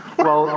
well,